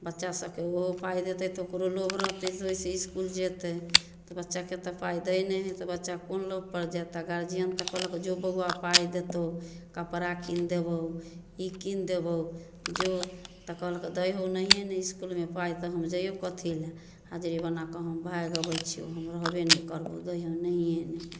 बच्चा सबके ओहो पाइ देतै तऽ ओकरो लोभे रहतै ओहिसे स्कूल जेतै तऽ बच्चाके तऽ पाइ दै नहि है तऽ बच्चा कोन लोभ पर जेतै गार्जियन तऽ कहलक जो बौवा पाइ देतौ कपड़ा कीन देबौ ई कीन देबौ जो तऽ कहलक दै हौ नहिये ने इसकुलमे पाइ तऽ हम जाइयौ कथी लए हाजरी बनाए कऽ हम भागि अबै छियौ हम रहबे नहि करबौ दै हौ नहिये ने